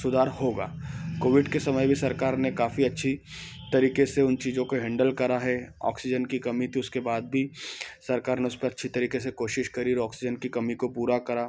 सुधार होगा कोविड के समय भी सरकार ने काफी अच्छी तरीके से उन चीजों के हैंडल करा है ऑक्सीजन की कमी थी उसके बाद भी सरकार ने उस पर अच्छी तरीके से कोशिश करी और ऑक्सीजन की कमी को पूरा करा